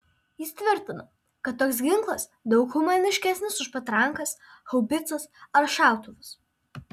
jis tvirtino kad toks ginklas daug humaniškesnis už patrankas haubicas ar šautuvus